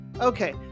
Okay